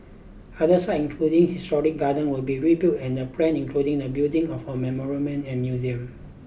other sites including historic gardens will be rebuilt and the plan including the building of a memorial and museum